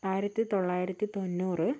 ആയിരത്തി തൊള്ളായിരത്തി തൊണ്ണൂറ്